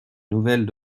nouvelles